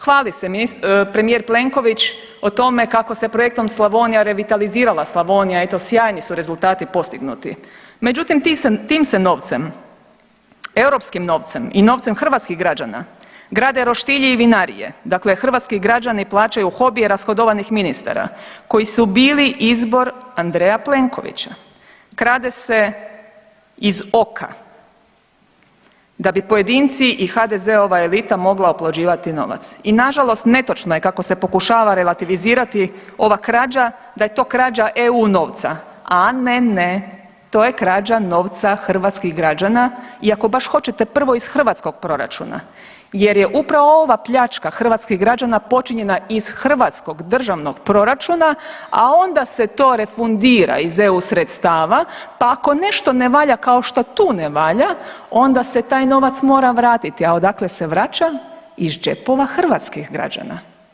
Hvali se premijer Plenković o tome kako se projektom Slavonija revitalizirala Slavonija, eto sjajni su rezultati postignuti, međutim tim se novcem, europskim novcem i novcem hrvatskih građana grade roštilji i vinarije, dakle hrvatski građani plaćaju hobije rashodovanih ministara koji su bili izbor Andreja Plenkovića, krade se iz oka da bi pojedinci i HDZ-ova elita mogla oplođivati novac i nažalost netočno je kako se pokušava relativizirati ova krađa da je to krađa eu novca, a ne, ne, to je krađa novca hrvatskih građana i ako baš hoćete prvo iz hrvatskog proračuna jer je upravo ova pljačka hrvatskih građana počinjena iz hrvatskog državnog proračuna, a onda se to refundira iz eu sredstava, pa ako nešto ne valja kao što tu ne valja onda se taj novac mora vratiti, a odakle se vraća, iz džepova hrvatskih građana.